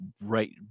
right